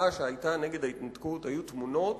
ובמחאה שהיתה נגד ההתנתקות היו תמונות